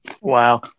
Wow